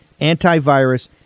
antivirus